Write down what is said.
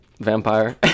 vampire